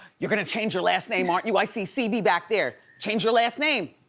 you're going to change your last name, aren't you? i see cv back there, change your last name,